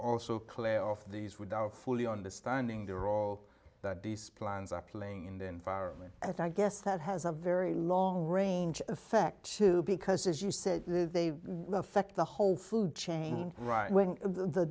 also play off these without fully understanding the role that these plans are playing in the environment i guess that has a very long range effect to because as you said they affect the whole food chain right wing the